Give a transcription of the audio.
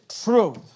truth